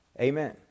Amen